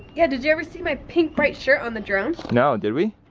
yeah, did you ever see my pink bright shirt on the drone? no, did we?